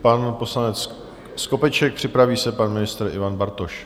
Pan poslanec Skopeček, připraví se pan ministr Ivan Bartoš.